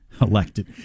elected